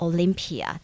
Olympia